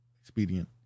expedient